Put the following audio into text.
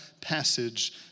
passage